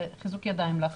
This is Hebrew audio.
חיזוק ידיים לך,